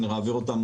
ונעביר אותן